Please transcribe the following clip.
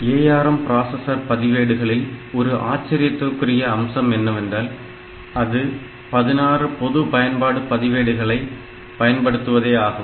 ARM processor பதிவேடுகளில் ஒரு ஆச்சரியத்திற்குரிய அம்சம் என்னவென்றால் அது 16 பொது பயன்பாடு பதிவேடுகளை பயன்படுத்தப்படுவதே ஆகும்